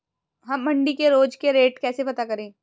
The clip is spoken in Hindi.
हम मंडी के रोज के रेट कैसे पता करें?